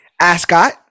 Ascot